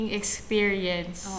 experience